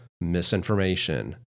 misinformation